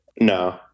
No